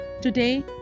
Today